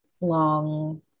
long